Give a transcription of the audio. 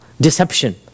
deception